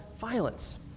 violence